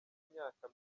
y’imyaka